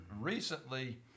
recently